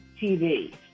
TV